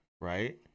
right